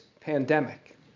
pandemic